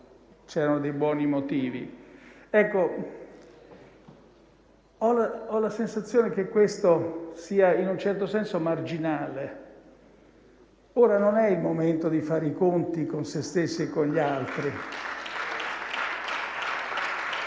c'erano dei buoni motivi». Ecco, ho la sensazione che questo sia in un certo senso marginale. Ora non è il momento di fare i conti con se stessi e con gli altri